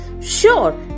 sure